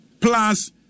plus